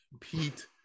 pete